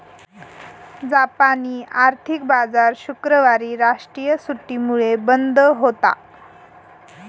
जापानी आर्थिक बाजार शुक्रवारी राष्ट्रीय सुट्टीमुळे बंद होता